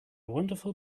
wonderful